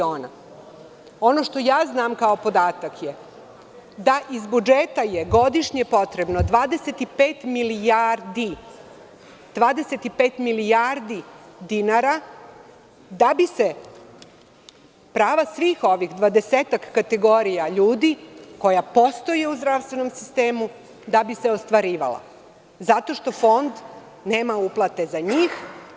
Ono što ja znam kao podatak je da je iz budžeta godišnje potrebno 25 milijardi dinara da bi se prava svih ovih 20-ak kategorija ljudi, koje postoje u zdravstvenom sistemu, ostvarila, zato što Fond nema uplate za njih.